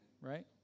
Right